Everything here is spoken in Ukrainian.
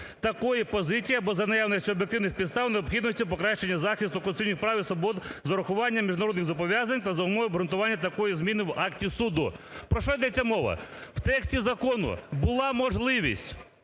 такої позиції або за наявності об'єктивних підстав необхідності покращення захисту конституційних прав і свобод з урахуванням міжнародних зобов'язань та за умови обґрунтування такої зміни в акті суду. Про що йдеться мова? В тексті закону була можливість